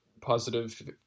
positive